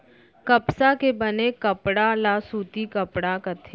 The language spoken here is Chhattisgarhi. कपसा के बने कपड़ा ल सूती कपड़ा कथें